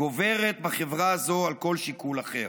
גוברת בחברה הזאת על כל שיקול אחר.